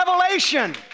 revelation